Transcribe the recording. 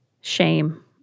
shame